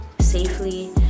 safely